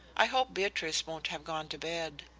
i hope beatrice won't have gone to bed.